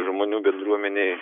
žmonių bendruomenei